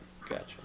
Gotcha